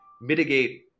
mitigate